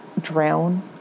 drown